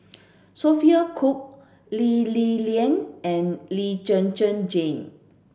Sophia Cooke Lee Li Lian and Lee Zhen Zhen Jane